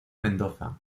mendoza